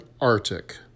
Arctic